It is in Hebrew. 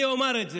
אני אומר את זה.